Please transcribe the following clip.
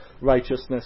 righteousness